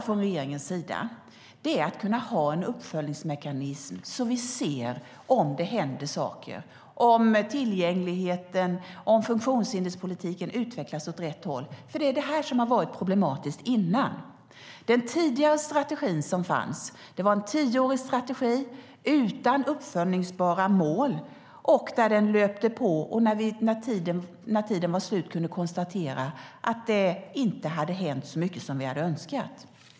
Från regeringens sida har vi velat ha en uppföljningsmekanism så att vi ser om det händer saker, om tillgängligheten och funktionshinderspolitiken utvecklas åt rätt håll. Det har varit problematiskt. Den tidigare strategin som fanns var en tioårig strategi utan uppföljningsbara mål. Den bara löpte på och när tiden var slut kunde vi konstatera att det inte hade hänt så mycket som vi önskat.